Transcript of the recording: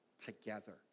together